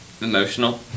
emotional